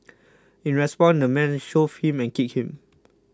in response the man shoved him and kicked him